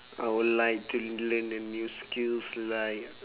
I would like to learn a new skills like